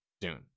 Dune